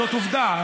זאת עובדה.